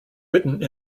written